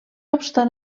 obstant